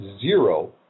zero